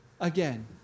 again